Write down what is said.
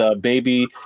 baby